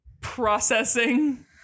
processing